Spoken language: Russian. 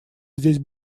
здесь